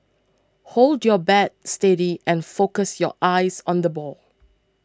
hold your bat steady and focus your eyes on the ball